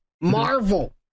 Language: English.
Marvel